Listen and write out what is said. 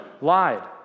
lied